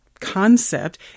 concept